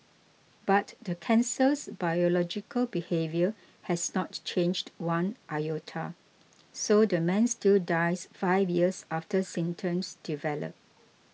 but the cancer's biological behaviour has not changed one iota so the man still dies five years after symptoms develop